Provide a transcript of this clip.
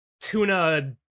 tuna